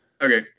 Okay